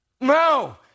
No